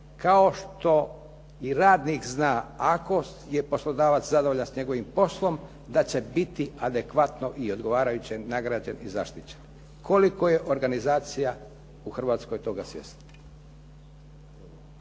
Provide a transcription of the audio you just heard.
kao što i radnik zna ako je poslodavac zadovoljan s njegovim poslom, da će biti adekvatno i odgovarajuće nagrađen i zaštićen. Koliko je organizacija u Hrvatskoj toga svjesna?